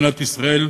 מדינת ישראל,